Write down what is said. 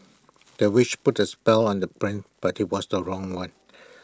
the witch put A spell on the prince but IT was the wrong one